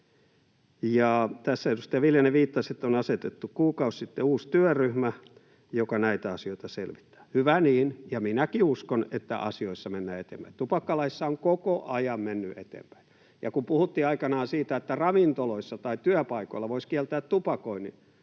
Tässä edustaja Viljanen viittasi, että on asetettu kuukausi sitten uusi työryhmä, joka näitä asioita selvittää. Hyvä niin, ja minäkin uskon, että asioissa mennään eteenpäin — tupakkalaissa on koko ajan menty eteenpäin. Ja kun puhuttiin aikanaan siitä, että ravintoloissa tai työpaikoilla voisi kieltää tupakoinnin,